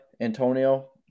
Antonio